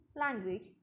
language